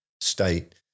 state